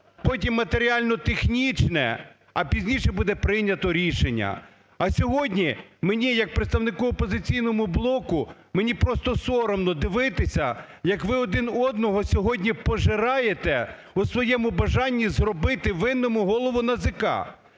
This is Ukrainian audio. потім матеріально-технічне, а пізніше буде прийнято рішення. А сьогодні мені як представнику "Опозиційного блоку" мені просто соромно дивитися, як ви один одного сьогодні пожираєте у своєму бажанні зробити винною голову НАЗК.